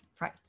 right